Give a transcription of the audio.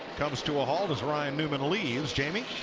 comes to a halt. ryan newman leads.